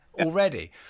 already